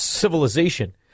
civilization